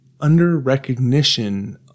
under-recognition